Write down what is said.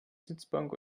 sitzbank